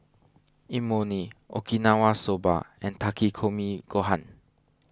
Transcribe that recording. Imoni Okinawa Soba and Takikomi Gohan